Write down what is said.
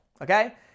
Okay